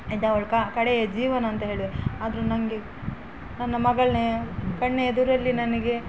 ಇದು ಅವ್ಳ ಕಡೆಯ ಜೀವನ ಅಂತ ಹೇಳು ಆದರು ನನ್ಗೆ ನನ್ನ ಮಗಳೆ ಕಣ್ಣೆದುರಲ್ಲಿ ನನಗೆ